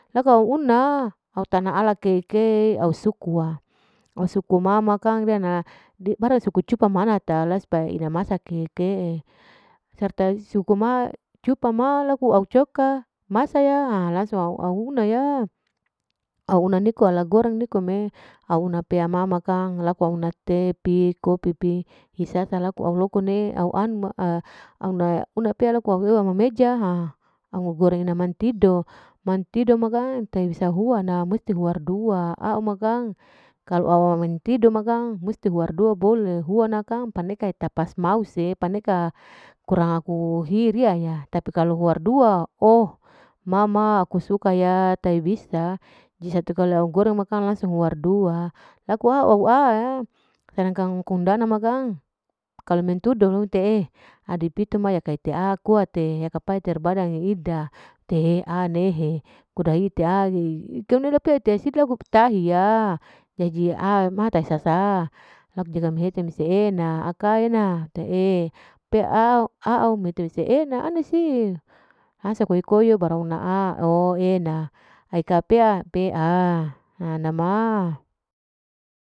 . Lakau unaa au tana ala kei kei au suku waa, au suku mama kan riya na di baras suku cupa ma ana talas supaya ina masa kei kei, serta suku ma cupa ma laku au cuka masa ya langsung au au una ya au una niko ala goreng nikome, au una pea mama kang laku au una, teh pi, kopi pi, hisa salaku au lokone, au anmaa au na una pea laku au loa ma meja au gorena mantido, mantido maa kang tei hisa huar na musti huar dua au ma kang, kalu aau mantido ma kang musti huar dua bole, huana kang paneka etapas mause, paneka kurang aku hii riya ya, tapi kalu huar dua oh mama aku suka ya tai bisa, ji satu kali au goreng ma kang langsung huar dua, laku au au'aa, sadangkang kuandana ma kang kalu mentudo ite eih adi pito ma yaka ite akuate, yaka paiter badang eida, tehe anehe kuda ite anging, ite una la pea ite sid laku tahya jadi au ma tai sasa, jaga mi hete misehe na akaena tee pea aau mete mise ena ani si, hasa koi koi yo barona aau enaae aeka peaa, ana ma.